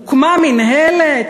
הוקמה מינהלת?